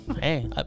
Hey